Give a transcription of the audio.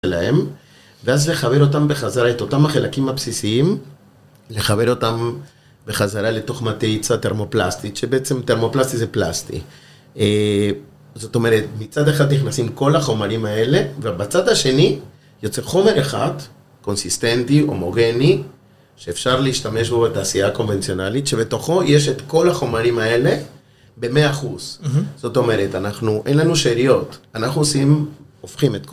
שלהם... ואז לחבר אותם בחזרה, את אותם החלקים הבסיסיים, לחבר אותם בחזרה לתוך מטריצה טרמופלסטית, שבעצם טרמופלסטי זה פלסטי. זאת אומרת, מצד אחד נכנסים כל החומרים האלה, ובצד השני יוצא חומר אחד, קונסיסטנטי, הומוגני, שאפשר להשתמש בו בתעשייה הקונבנציונלית, שבתוכו יש את כל החומרים האלה, במאה אחוז. זאת אומרת, אנחנו... אין לנו שאריות, אנחנו עושים, הופכים את כל